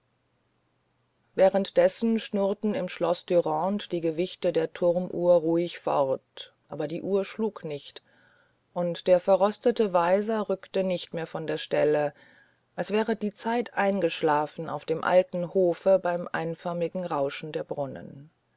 währenddes schnurrten im schloß dürande die gewichte der turmuhr ruhig fort aber die uhr schlug nicht und der verrostete weiser rückte nicht mehr von der stelle als wäre die zeit eingeschlafen auf dem alten hofe beim einförmigen rauschen der brunnen